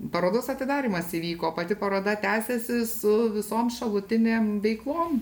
parodos atidarymas įvyko pati paroda tęsiasi su visom šalutinėm veiklom